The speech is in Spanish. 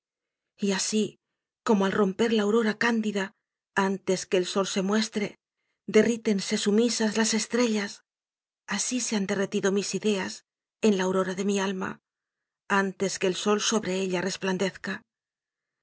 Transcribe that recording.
y así como al romper la aurora cándida antes que el sol se muestre derrítense sumisas las estrellas así se han derretido mis ideas en la aurora de mi alma antes que el sol sobre ella resplandezca